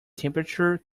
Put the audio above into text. temperature